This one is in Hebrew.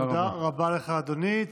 תודה רבה לך, אדוני.